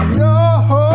no